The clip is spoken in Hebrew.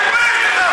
תתבייש לך.